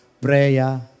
Prayer